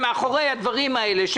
דע שמאחורי הדברים האלה,